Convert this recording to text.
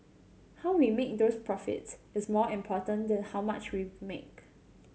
how we make those profits is more important than how much we've make